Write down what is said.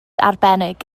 arbennig